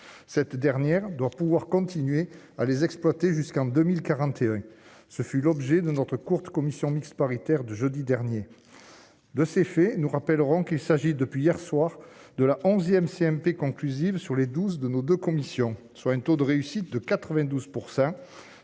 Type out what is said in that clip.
cette dernière doit pouvoir continuer à les exploiter jusqu'en 2041 ce fut l'objet de notre courte commission mixte paritaire de jeudi dernier, de ces faits, nous rappellerons qu'il s'agit, depuis hier soir, de la 11ème CMP conclusive sur les 12 de nos 2 commissions, soit un taux de réussite de 92